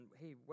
hey